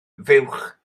fuwch